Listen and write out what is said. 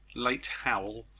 late howell,